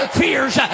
fears